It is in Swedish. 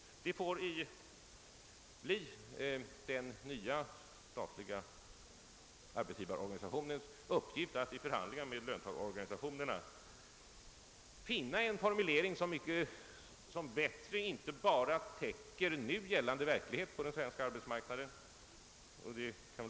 Det får bli den nya statliga arbetsgivarorganisationens uppgift att vid förhandlingar med löntagarorganisationerna finna en formulering som bättre inte bara täcker nu gällande verklighet på den svenska arbetsmarknaden utan också kan ange riktlinjerna för den framtida utvecklingen.